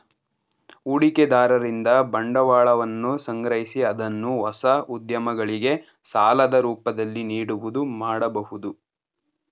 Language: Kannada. ಹೂಡಿಕೆದಾರರಿಂದ ಬಂಡವಾಳವನ್ನು ಸಂಗ್ರಹಿಸಿ ಅದನ್ನು ಹೊಸ ಉದ್ಯಮಗಳಿಗೆ ಸಾಲದ ರೂಪದಲ್ಲಿ ನೀಡುವುದು ಮಾಡಬಹುದು